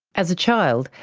as a child,